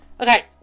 Okay